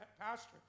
pastor